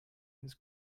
his